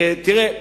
תראה,